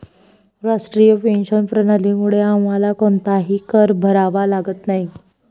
राष्ट्रीय पेन्शन प्रणालीमुळे आम्हाला कोणताही कर भरावा लागत नाही